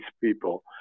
people